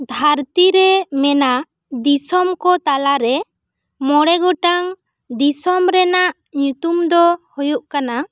ᱫᱷᱟᱹᱨᱛᱤ ᱨᱮ ᱢᱮᱱᱟᱜ ᱫᱤᱥᱚᱢ ᱠᱚ ᱛᱟᱞᱟ ᱨᱮ ᱢᱚᱬᱮ ᱜᱚᱴᱟᱝ ᱫᱤᱥᱚᱢ ᱨᱮᱱᱟᱜ ᱧᱩᱛᱩᱢ ᱫᱚ ᱦᱩᱭᱩᱜ ᱠᱟᱱᱟ